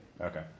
Okay